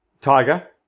Tiger